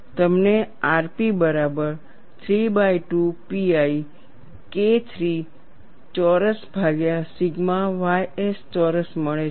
તમને rp બરાબર 32 pi KIII ચોરસ ભાગ્યા સિગ્મા ys ચોરસ મળે છે